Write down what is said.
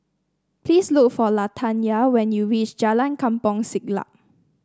please look for Latanya when you reach Jalan Kampong Siglap